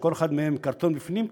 שלכל אחד מהם קרטון בפנים,